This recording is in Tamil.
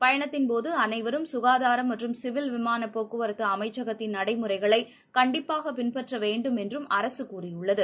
பயனத்தின் போதுஅனைவரும் சுகாதாரம் மற்றும் சிவில் விமானப் போக்குவரத்துஅமைச்சகத்தின் நடைமுறைகளைகண்டிப்பாகபின்பற்றவேண்டும் என்றும் அரசுகூறியுள்ளது